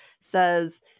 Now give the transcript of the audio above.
says